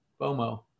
BOMO